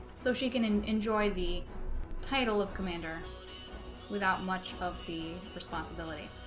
so she can and enjoy the title of commander without much of the responsibility